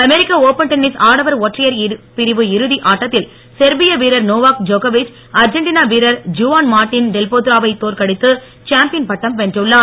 அமெரிக்க open tennis ஆடவர் ஒன்றையர் பிரிவு இறுதி ஆட்டத்தில் செர்விய வீரர் நோவாக் ஜோகோவிச் அர்ஜென்டினா வீரர் ஜுவான் மார்டின் டெல்போத்ரோ வை தோற்கடித்து சாம்பியன் பட்டம் வென்றுள்ளார்